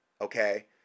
Okay